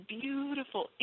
beautiful